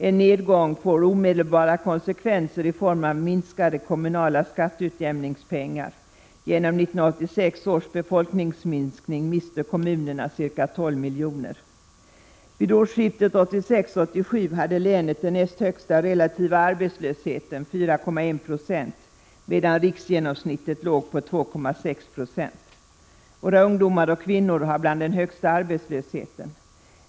En nedgång får omedelbara konsekvenser i form av minskade kommunala skatteutjämningspengar. Räknat på 1986 års befolkningsminskning mister kommunerna ca 12 miljoner på detta sätt. Vid årsskiftet 1986-1987 hade länet den näst högsta relativa arbetslösheten, 4,1 90. Riksgenomsnittet låg på 2,6 26. För våra ungdomar och kvinnor är arbetslöshetssiffrorna bland de högsta i landet.